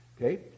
Okay